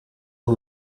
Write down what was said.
who